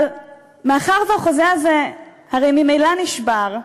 אבל מאחר שהחוזה הזה הרי ממילא נשבר,